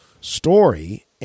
story